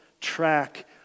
track